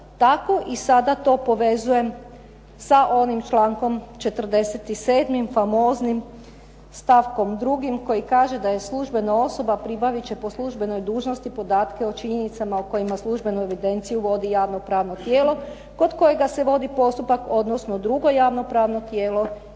tako i sada to povezujem sa onim člankom 47., famoznim, stavkom 2. koji kaže da je službena osoba pribavit će po službenoj dužnosti podatke o činjenicama o kojima službenu evidenciju vodi javno pravno tijelo kod kojega se vodi postupak, odnosno drugo javno pravno tijelo